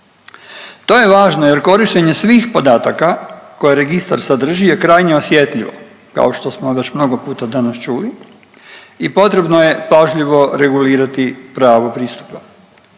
To je važno jer korištenje svih podataka koje registar sadrži je krajnje osjetljivo kao što smo već mnogo puta danas čuli i potrebno je pažljivo regulirati pravo pristupa.